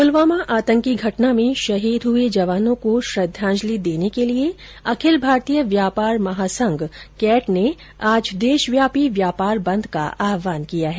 पुलवामा आतंकी घटना में शहीद हुए जवानों को श्रद्वांजलि देने के लिये अखिल भारतीय व्यापार महासंघ कैट ने आज देशव्यापी व्यापार बंद का आहवान किया है